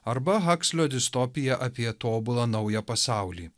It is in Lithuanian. arba hakslio distopiją apie tobulą naują pasaulį